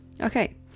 Okay